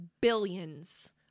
billions